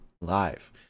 live